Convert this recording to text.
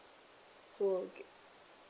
to